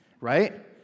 right